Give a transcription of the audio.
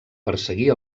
perseguir